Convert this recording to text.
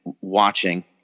watching